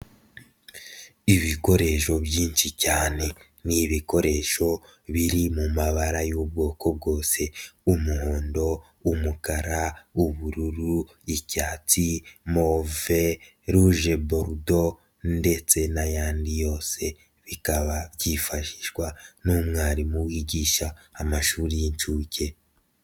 Ibikoresho byinshi cyane ni ibikoresho biri mu mabara y'ubwoko bwose, umuhondo, umukara ubururu, icyatsi, move, ruje borudo ndetse n'ayandi yose, bikaba byifashishwa n'umwarimu wigisha amashuri y'inshuke.